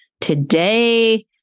today